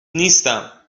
نیستم